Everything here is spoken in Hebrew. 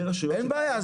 אין בעיה.